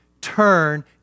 turn